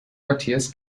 matthias